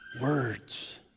words